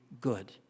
good